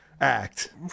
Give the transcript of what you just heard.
act